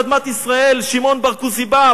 לאדמת ישראל" שמעון בר-כוזיבא,